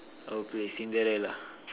I'll play Cinderella